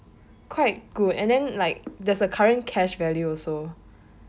quite good and then like there is a current cash value also